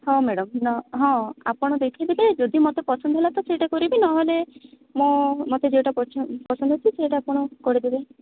ହଁ ମାଡାମ୍ ହଁ ଆପଣ ଦେଖି ଦେବେ ଯଦି ମୋତେ ପସନ୍ଦ ହେଲା ତ ସେଇଟା କରିବି ନ ହେଲେ ମୋ ମୋତେ ଯୋଉଟା ପଛ ପସନ୍ଦ ହେଉଛି ସେଇଟା ଆପଣ କରି ଦେବେ